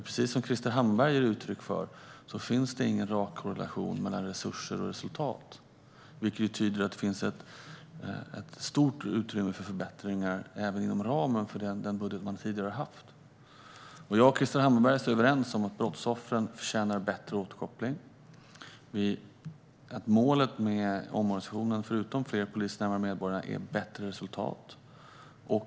Precis som Krister Hammarbergh ger uttryck för finns det nämligen ingen rak relation mellan resurser och resultat, vilket tyder på att det finns stort utrymme för förbättringar även inom ramen för den budget man tidigare har haft. Jag och Krister Hammarbergh är överens om att brottsoffren förtjänar bättre återkoppling och att målet med omorganisationen, förutom fler poliser närmare medborgarna, är bättre resultat.